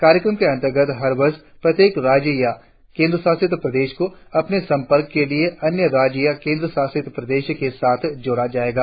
कार्यक्रम के अन्तर्गत हर वर्ष प्रत्येक राज्य या केंद्र शासित प्रदेश को अपनी संपर्क के लिए अन्य राज्य या केंद्र शासित प्रदेश के साथ जोड़ा जायेगा